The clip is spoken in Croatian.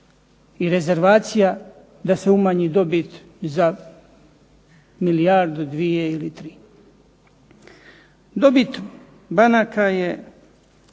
i rezervacija da se umanji dobit za milijardu, dvije ili tri. Dobit banaka je